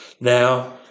now